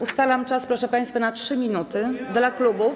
Ustalam czas, proszę państwa, na 3 minuty, dla klubów.